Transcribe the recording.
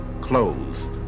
closed